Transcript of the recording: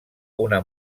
una